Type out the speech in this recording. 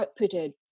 outputted